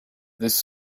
this